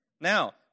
Now